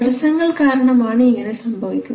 തടസ്സങ്ങൾ കാരണം ആണ് ഇങ്ങനെ സംഭവിക്കുന്നത്